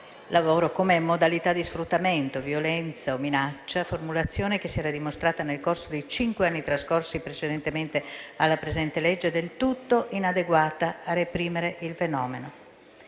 lavoro con modalità di sfruttamento, violenza o minaccia. Tale formulazione si era dimostrata, nel corso dei cinque anni trascorsi precedentemente alla presente legge, del tutto inadeguata a reprimere il fenomeno.